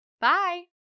Bye